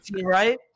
right